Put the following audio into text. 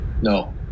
no